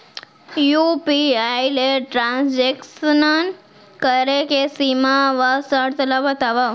UPI ले transaction करे के सीमा व शर्त ला बतावव?